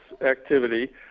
activity